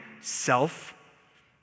self